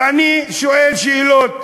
ואני שואל שאלות: